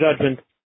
judgment